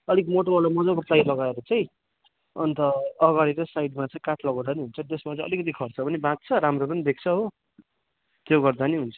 अलिक मोटो वाला मजाको प्लाइ लगाएर चाहिँ अन्त अगाडिको साइडमा चाहिँ काठ लगाउँदा पनि हुन्छ त्यसमा चाहिँ अलिकति खर्च पनि बाँच्छ राम्रो पनि देखिन्छ हो त्यो गर्दा पनि हुन्छ